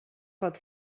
pot